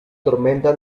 tormenta